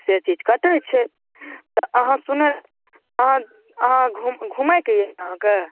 से चीज कटै छै तऽ अहाँ सुनै अहाँ अहाँ घुमैके अइ अहाँके